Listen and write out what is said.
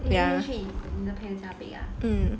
ya mm